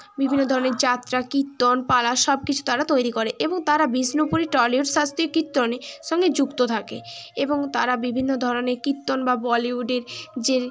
বিভিন্ন ধরনের যাত্রা কীর্তন পালা সব কিছু তারা তৈরি করে এবং তারা বিষ্ণুপুরী টলিউড শাস্ত্রীয় কীর্তনের সঙ্গে যুক্ত থাকে এবং তারা বিভিন্ন ধরনের কীর্তন বা বলিউডের যে